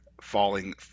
falling